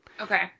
Okay